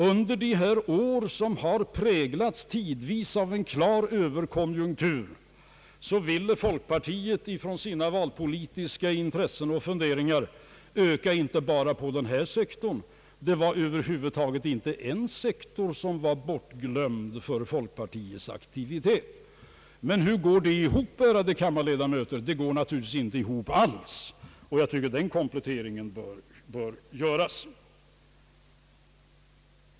Under dessa år, som tidvis präglades av en klar överkonjunktur, ville folkpartiet utifrån sina valpolitiska intressen och funderingar öka inte bara på den sektorn, det fanns över huvud taget inte en sektor som blev bortglömd i folkpartiets aktivitet. Men hur går detta ihop, ärade kammarledamöter? Det går naturligtvis inte ihop alls! Jag tycker att den kompletteringen bör göras.